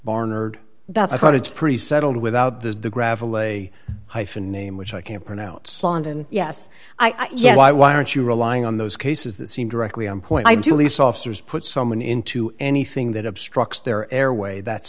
barnard that i thought it's pretty settled without there's the gravel a hyphen name which i can't pronounce london yes i yes i why aren't you relying on those cases that seem directly on point i do lease officers put someone into anything that obstructs their airway that